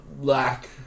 lack